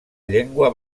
llengua